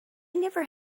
never